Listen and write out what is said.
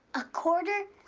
a quarter!